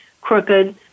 crooked